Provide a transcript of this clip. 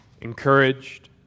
encouraged